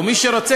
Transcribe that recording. או מי שרוצה,